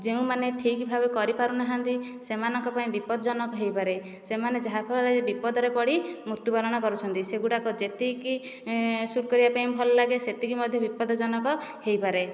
ଯେଉଁମାନେ ଠିକ ଭାବେ କରିପାରୁ ନାହାନ୍ତି ସେମାନଙ୍କ ପାଇଁ ବିପଦଜନକ ହୋଇପାରେ ସେମାନେ ଯାହାଫଳରେ ବିପଦରେ ପଡ଼ି ମୃତ୍ୟୁବରଣ କରୁଛନ୍ତି ସେଗୁଡ଼ାକ ଯେତିକି ଶୂଟ୍ କରିବା ପାଇଁ ଭଲ ଲାଗେ ସେତିକି ମଧ୍ୟ ବିପଦଜନକ ହୋଇପାରେ